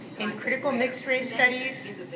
in critical mixed race studies,